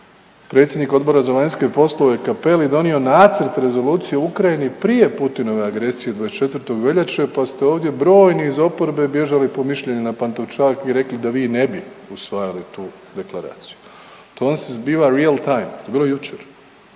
predsjednik Odbora za vanjske poslove Cappelli donio nacrt Rezolucije o Ukrajini prije Putinove agresije 24. veljače, pa ste ovdje brojni iz oporbe bježali po mišljenje na Pantovčak i rekli da vi ne bi usvajali tu deklaraciju. To vam se zbiva real time, to je bilo jučer.